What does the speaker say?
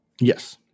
Yes